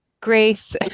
grace